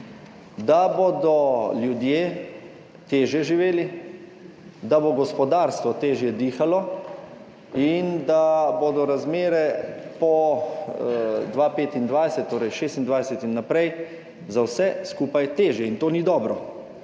da bodo ljudje težje živeli, da bo gospodarstvo težje dihalo in da bodo razmere po 2025, torej 2026 in naprej, za vse skupaj težje. In to ni dobro.